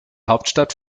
hauptstadt